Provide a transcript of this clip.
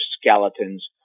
skeletons